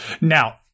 Now